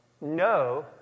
no